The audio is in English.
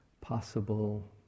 possible